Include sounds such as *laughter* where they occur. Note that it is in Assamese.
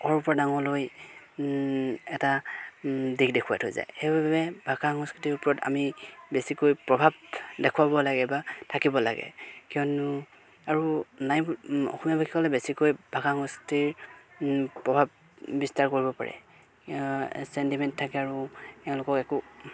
সৰুৰপৰা ডাঙৰলৈ এটা দিশ দেখুৱাই থৈ যায় সেইবাবে ভাষা সংস্কৃতিৰ ওপৰত আমি বেছিকৈ প্ৰভাৱ দেখুৱাব লাগে বা থাকিব লাগে কিয়নো আৰু নাই অসমীয়া ভাষীসকলে বেছিকৈ ভাষা সংস্কৃতিৰ প্ৰভাৱ বিস্তাৰ কৰিব পাৰে চেণ্টিমেণ্ট থাকে আৰু তেওঁলোকক একো *unintelligible*